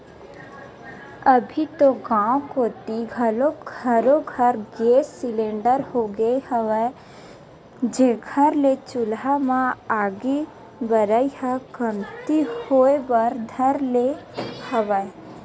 अभी तो गाँव कोती घलोक घरो घर गेंस सिलेंडर होगे हवय, जेखर ले चूल्हा म आगी बरई ह कमती होय बर धर ले हवय